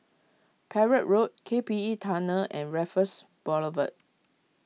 Perak Road K P E Tunnel and Raffles Boulevard